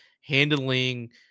handling